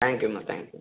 தேங்க்யூம்மா thank you